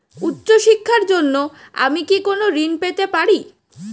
উচ্চশিক্ষার জন্য আমি কি কোনো ঋণ পেতে পারি?